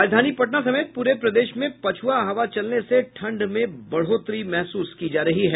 राजधानी पटना समेत पूरे प्रदेश में पछुआ हवा चलने से ठंड में बढ़ोतरी महसूस की जा रही है